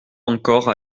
encore